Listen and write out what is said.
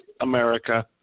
America